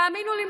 תאמינו לי,